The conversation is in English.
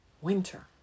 winter